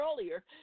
earlier